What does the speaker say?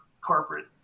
corporate